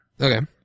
Okay